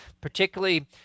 particularly